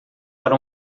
para